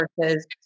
versus